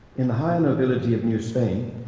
in the higher nobility of new spain,